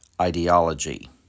ideology